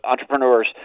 entrepreneurs